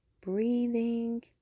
breathing